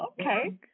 okay